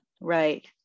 Right